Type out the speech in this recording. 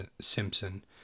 Simpson